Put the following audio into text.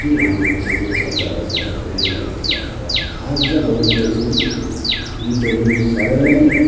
के भनिएको छ त्यो शब्दहरूलाई चै छट्ट मिलाएको छ र आज भोलीको चाहिँ गीतहरू पनि साह्रो नै